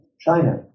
China